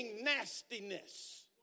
nastiness